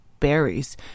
Berries